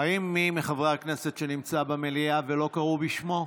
האם מי מחברי הכנסת נמצא במליאה ולא קראו בשמו?